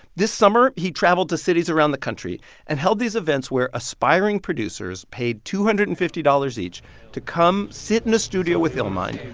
this summer, he traveled to cities around the country and held these where aspiring producers paid two hundred and fifty dollars each to come sit in a studio with illmind,